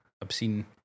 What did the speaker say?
obscene